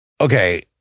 Okay